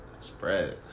spread